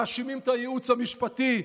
מאשימים את הייעוץ המשפטי,